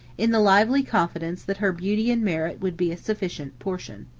in the lively confidence that her beauty and merit would be a sufficient portion.